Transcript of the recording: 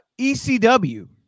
ecw